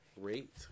rate